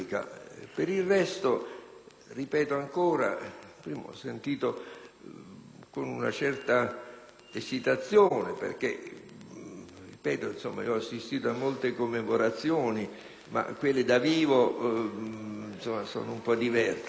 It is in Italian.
il resto, prima ho ascoltato con una certa esitazione, perché ho assistito a molte commemorazioni, ma quelle da vivo sono un po' diverse!